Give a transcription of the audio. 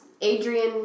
Adrian